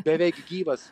beveik gyvas